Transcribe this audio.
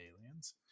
aliens